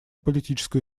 политическую